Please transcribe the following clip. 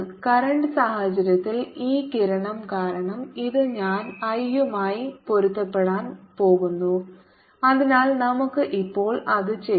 current സാഹചര്യത്തിൽ ഈ കിരണം കാരണം ഇത് ഞാൻ I യുമായി പൊരുത്തപ്പെടാൻ പോകുന്നു അതിനാൽ നമുക്ക് ഇപ്പോൾ അത് ചെയ്യാം